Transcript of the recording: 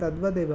तद्वदेव